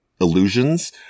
illusions